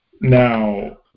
Now